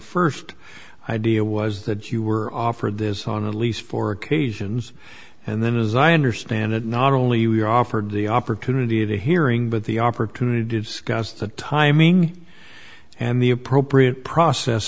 first idea was that you were offered this on at least four occasions and then as i understand it not only you offered the opportunity the hearing but the opportunity to discuss the timing and the appropriate process